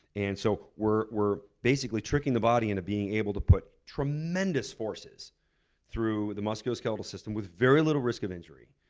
and so we're we're basically tricking the body and into being able to put tremendous forces through the muscular skeletal system with very little risk of injury,